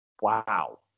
Wow